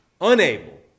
unable